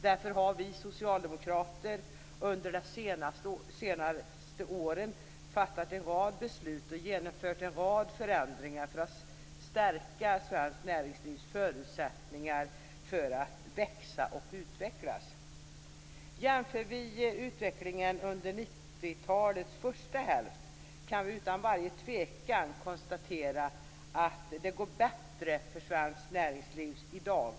Därför har vi socialdemokrater under de senaste åren fattat en rad beslut och genomfört en rad förändringar för att stärka svenskt näringslivs förutsättningar för att växa och utvecklas. Utvecklingen under 90-talets första hälft visar utan tvivel att det går bättre för svenskt näringsliv i dag.